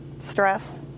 Stress